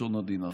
בלשון עדינה,